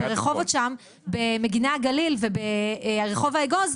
ברחובות, במגיני הגליל ורחוב האגוז,